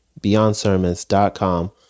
beyondsermons.com